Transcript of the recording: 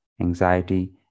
anxiety